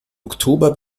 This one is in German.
oktober